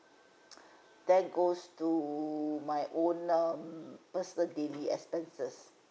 then goes to my own um personal daily expenses